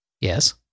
Yes